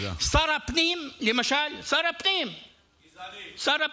שר הפנים, למשל, שר הפנים, הוא גזעני.